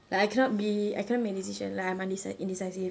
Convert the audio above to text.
like I cannot be I cannot make decision like I'm undeci~ indecisive